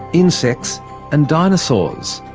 insects and dinosaurs.